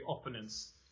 opponents